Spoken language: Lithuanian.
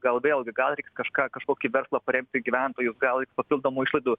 gal vėlgi gal reiks kažką kažkokį verslą paremti gyventojus gal reiks papildomų išlaidų